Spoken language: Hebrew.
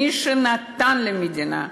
מי שנתן למדינה,